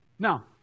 Now